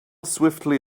swiftly